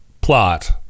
plot